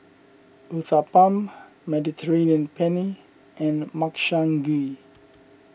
Uthapam Mediterranean Penne and Makchang Gui